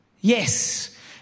yes